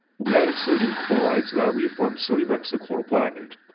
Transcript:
we added sodium chloride so that we formed sodium hexachloroplatinate.